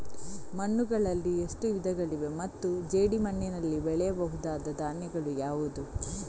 ಮಣ್ಣುಗಳಲ್ಲಿ ಎಷ್ಟು ವಿಧಗಳಿವೆ ಮತ್ತು ಜೇಡಿಮಣ್ಣಿನಲ್ಲಿ ಬೆಳೆಯಬಹುದಾದ ಧಾನ್ಯಗಳು ಯಾವುದು?